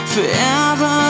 Forever